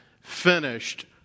finished